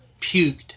puked